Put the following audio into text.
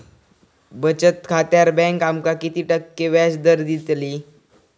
बचत खात्यार बँक आमका किती टक्के व्याजदर देतली?